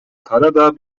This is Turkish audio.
karadağ